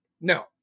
No